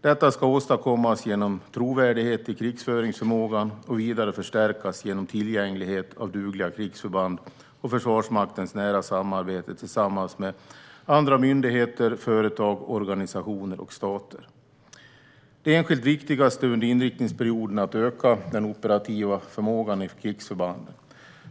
Detta ska åstadkommas genom trovärdighet i krigföringsförmågan och vidare förstärkas genom tillgänglighet av dugliga krigsförband och Försvarsmaktens nära samarbete tillsammans med andra myndigheter, företag, organisationer och stater. Det enskilt viktigaste under inriktningsperioden är att öka den operativa förmågan i krigsförbanden.